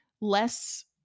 less